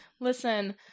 Listen